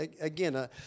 again